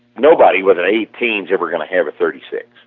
nobody with an eighteen is ever going to have a thirty six.